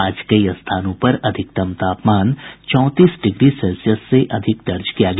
आज कई स्थानों पर अधिकतम तापमान चौंतीस डिग्री सेल्सियस से अधिक दर्ज किया गया